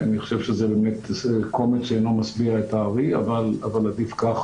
אני חושב שזה באמת קומץ שאינו משביע את הארי אבל עדיף כך